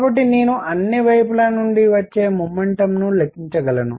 కాబట్టి నేను అన్ని వైపుల నుండి వచ్చే మొమెంటం ని లెక్కించగలను